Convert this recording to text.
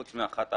חוץ מאחת,